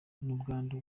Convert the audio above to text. n’ubwandu